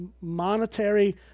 monetary